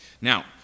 Now